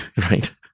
right